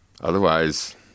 Otherwise